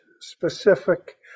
specific